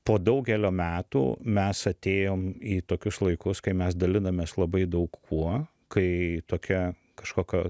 po daugelio metų mes atėjom į tokius laikus kai mes dalinamės labai daug kuo kai tokia kažkokio